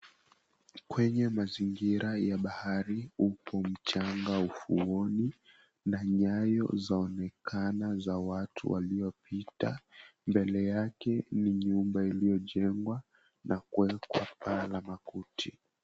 Kwenye mazingira ya bahari upo mchanga ufuoni na nyayo zinaonekana za watu waliopita, mbele yake ni nyumba iliyojengwa na kuwekwa paa la makuti.